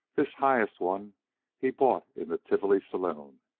this highest one he bought in the tivoli saloon.